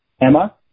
Emma